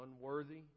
unworthy